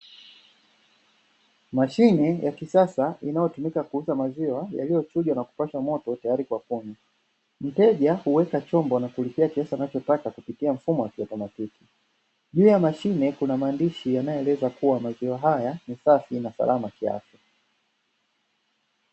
Mashine ya kisasa inayotumika kuuza maziwa yaliyochujwa na kupashwa moto tayari kwa kunywa, mteja huweka chombo na kulipia kiasi anachotaka kupitia mfumo wa kiotomatiki. Juu ya mashine kuna maandishi yanayoeleza kuwa maziwa haya ni safi na salama kiafya.